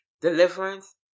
deliverance